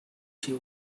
she